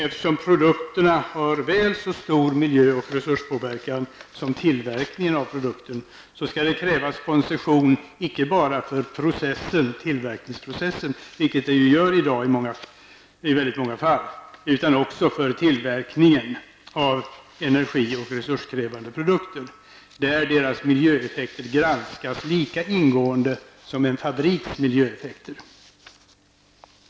Eftersom produkterna har väl så stor miljö och resurspåverkan som tillverkningen av produkten, skall det krävas koncession icke bara för tillverkningsprocessen, vilket i dag ofta är fallet, utan också för tillverkningen av energi och resurskrävande produkter. Deras miljöeffekter skall granskas lika ingående som en fabriks miljöeffekter.